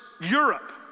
Europe